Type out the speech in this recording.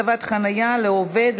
החמרת ענישה לחוטף על רקע לאומני),